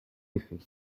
effet